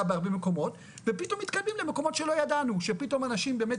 בהרבה מקומות ופתאום מתקדמים למקומות שלא ידענו שפתאום אנשים באמת